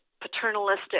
paternalistic